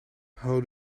how